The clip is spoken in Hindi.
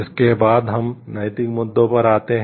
इसके बाद हम नैतिक मुद्दों पर आते हैं